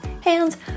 hands